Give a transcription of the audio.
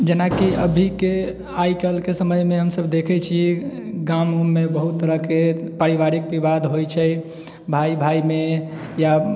जेनाकि अभीके आइ काल्हिके समयमे हमसब देखै छियै गाम उममे बहुत तरहके पारिवारिक विवाद होइ छै भाय भायमे या